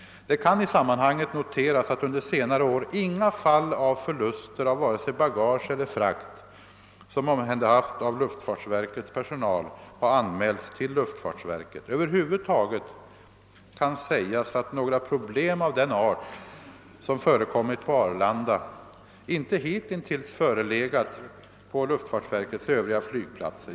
Det kan i sammanhanget noteras att under senare år inga fall av förluster av vare sig bagage eller frakt, som omhänderhafts av luftfartsverkets personal, har anmälts till luftfartsverket. Över huvud taget kan sägas att några problem av den art som förekommit på Arlanda inte hitintills förelegat på luftfartsverkets övriga flygplatser.